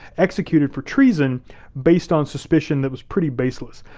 executed for treason based on suspicion that was pretty baseless,